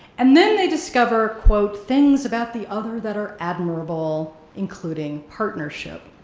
and then they discover quote, things about the other that are admirable, including partnership.